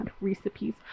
recipes